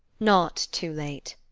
not too late.